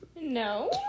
No